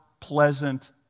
pleasant